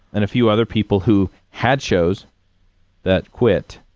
and a few other people who had shows that quit.